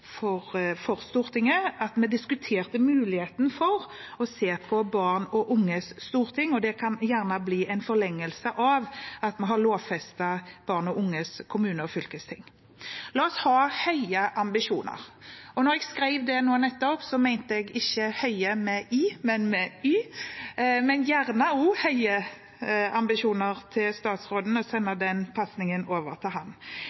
å se på barn og unges storting, og det kan gjerne bli en forlengelse av at vi har lovfestet barn og unges kommunestyre og ungdommens fylkesting. La oss ha høye ambisjoner. Og da jeg skrev det nå nettopp, mente jeg ikke «Høie» med «i», men med «y». Men jeg vil gjerne også ha høye ambisjoner fra statsråden, så jeg sender den pasningen over til